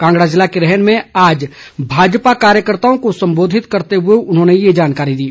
कांगड़ा जिला के रैहन में आज भाजपा कार्यकर्ताओं को सम्बोधित करते हुए उन्होंने ये जानकारी दी